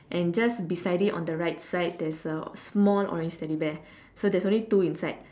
and just beside it in the right side there's a small orange teddy bear so there is only two inside